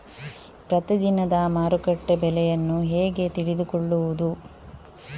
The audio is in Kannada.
ಪ್ರತಿದಿನದ ಮಾರುಕಟ್ಟೆ ಬೆಲೆಯನ್ನು ಹೇಗೆ ತಿಳಿದುಕೊಳ್ಳುವುದು?